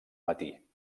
matí